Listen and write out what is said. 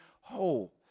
whole